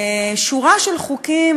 שורה של חוקים,